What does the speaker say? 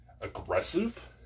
aggressive